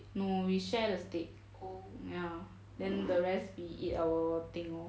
no we share the steak ya then the rest we eat our thing orh